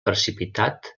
precipitat